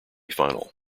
final